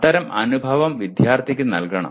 അത്തരം അനുഭവം വിദ്യാർത്ഥിക്ക് നൽകണം